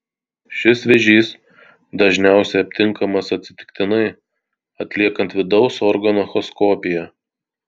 šis vėžys dažniausiai aptinkamas atsitiktinai atliekant vidaus organų echoskopiją